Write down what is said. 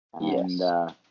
Yes